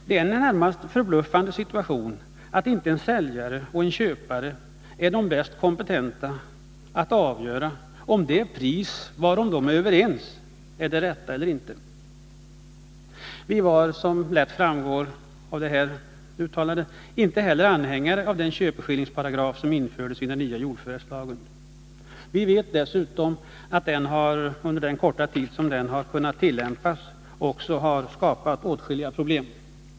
Det är en närmast förbluffande situation att inte en säljare och en köpare är de mest kompetenta att avgöra om det pris varom de är överens är det rätta eller ej. Vi var, som lätt framgår av det anförda, inte heller anhängare av den köpeskillingsparagraf som infördes i den nya jordförvärvslagen. Vi vet dessutom att lagen under den korta tid den har tillämpats också har skapat åtskilliga problem.